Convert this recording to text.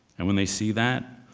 and when they see that,